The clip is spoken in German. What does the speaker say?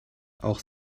auch